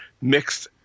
mixed